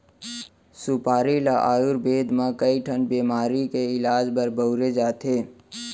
सुपारी ल आयुरबेद म कइ ठन बेमारी के इलाज बर बउरे जाथे